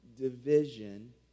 division